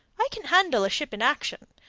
i can handle a ship in action,